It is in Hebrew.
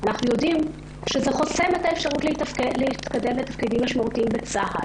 אנחנו יודעים שזה חוסם את האפשרות להתקדם לתפקידים משמעותיים בצה"ל,